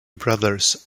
brothers